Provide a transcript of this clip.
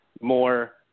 more